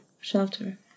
shelter